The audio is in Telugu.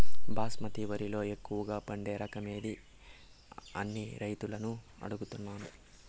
బాస్మతి వరిలో ఎక్కువగా పండే రకం ఏది అని రైతులను అడుగుతాను?